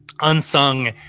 unsung